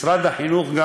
משרד החינוך,